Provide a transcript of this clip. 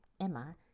Emma